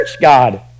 God